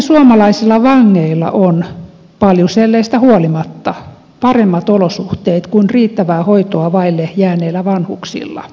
usein suomalaisilla vangeilla on paljuselleistä huolimatta paremmat olosuhteet kuin riittävää hoitoa vaille jääneillä vanhuksilla